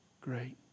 Great